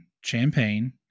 Champagne